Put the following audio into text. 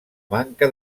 manca